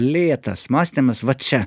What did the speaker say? lėtas mąstymas va čia